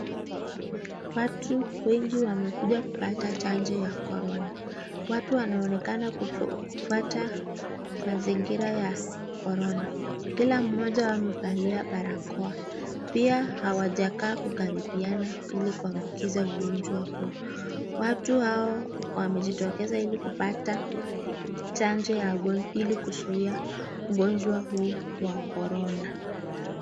Watu wengi wamekuja kupata chanjo ya Corona. Watu wanaonekana kufuata mazingira ya Corona, kila mmoja amevalia barakoa. Pia hawajakaa kukaribiana ili kuambukiza ugonjwa huu, watu hao wamejitokeza ili kupata chanjo ili kuzuia ugonjwa huu wa Corona.